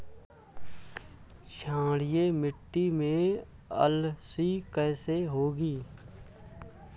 क्षारीय मिट्टी में अलसी कैसे होगी?